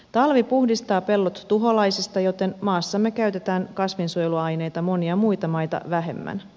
talvi puhdistaa pellot tuholaisista joten maassamme käytetään kasvinsuojeluaineita monia muita maita vähemmän